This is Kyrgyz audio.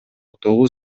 тогуз